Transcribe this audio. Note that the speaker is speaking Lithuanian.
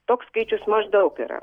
toks skaičius maždaug yra